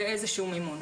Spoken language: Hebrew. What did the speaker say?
ואיזשהו מימון.